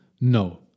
No